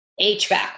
HVAC